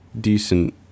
decent